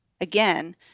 again